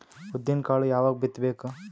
ಉದ್ದಿನಕಾಳು ಯಾವಾಗ ಬಿತ್ತು ಬೇಕು?